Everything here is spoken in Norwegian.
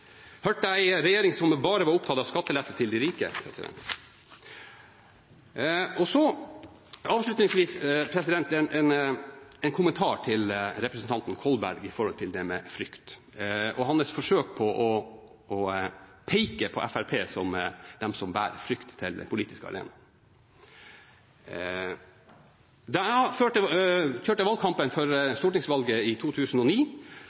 Hørte jeg om en regjering som bare var opptatt av skattelette til de rike? Avslutningsvis har jeg en kommentar til representanten Kolberg når det gjelder frykt og hans forsøk på å peke på Fremskrittspartiet som den som bærer frykt til den politiske arena. Da jeg førte valgkamp før stortingsvalget i 2009,